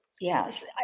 Yes